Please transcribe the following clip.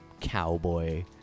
cowboy